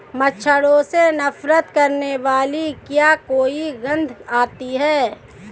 मच्छरों से नफरत करने वाली क्या कोई गंध आती है?